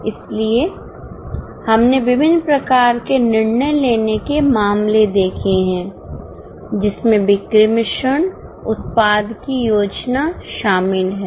इसलिए हमने विभिन्न प्रकार के निर्णय लेने के मामले देखे हैं जिसमें बिक्री मिश्रण उत्पाद की योजना शामिल हैं